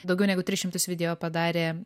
daugiau negu tris šimtus video padarė